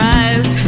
eyes